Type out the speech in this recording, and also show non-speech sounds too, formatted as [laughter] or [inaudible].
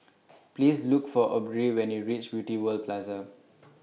[noise] Please Look For Aubrie when YOU REACH Beauty World Plaza